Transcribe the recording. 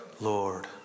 lord